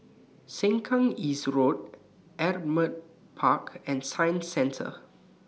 Sengkang East Road Ardmore Park and Science Centre